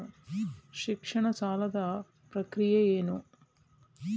ಶಿಕ್ಷಣ ಸಾಲದ ಪ್ರಕ್ರಿಯೆ ಏನು?